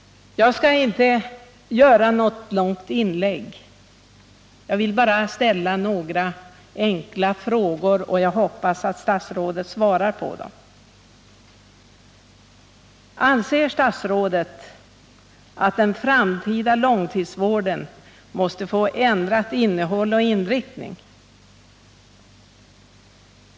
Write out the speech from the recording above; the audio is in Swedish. Jag skall inte göra något långt inlägg utan vill bara ställa några enkla frågor som jag hoppas att statsrådet svarar på. Anser statsrådet att den framtida långtidsvården måste få ändrat innehåll och ändrad inriktning?